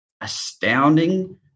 astounding